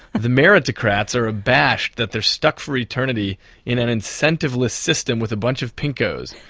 the meritocats are abashed that they're stuck for eternity in an incentiveless system with a bunch of pinkos.